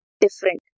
different